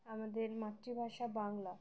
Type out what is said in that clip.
আমাদের মাতৃভাষা বাংলা